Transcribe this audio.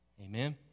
Amen